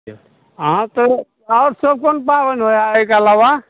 अहाँ तऽ आओर सभ कोन पाबनि होइए एहिके अलावा